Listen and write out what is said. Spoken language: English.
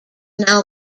now